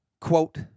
quote